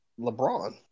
LeBron